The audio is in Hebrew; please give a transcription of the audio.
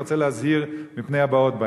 אני רוצה להזהיר מפני הבאות בעניין.